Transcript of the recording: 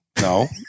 no